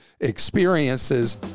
experiences